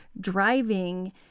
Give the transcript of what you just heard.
driving